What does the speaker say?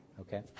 Okay